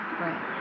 Right